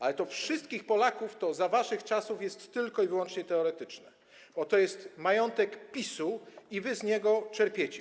Ale określenie „wszystkich Polaków” za waszych czasów jest tylko i wyłącznie teoretyczne, bo to jest majątek PiS-u i wy z niego czerpiecie.